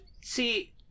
see